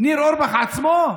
ניר אורבך עצמו?